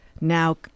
now